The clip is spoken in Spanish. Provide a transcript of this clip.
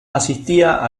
asistía